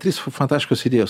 trys fantastiškos idėjos